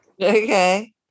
Okay